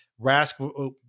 rask